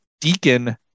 Deacon